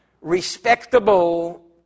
respectable